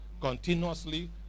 Continuously